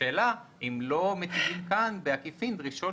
השאלה אם לא מטילים כאן בעקיפין דרישות